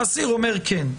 האסיר אומר: כן.